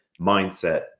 mindset